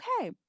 okay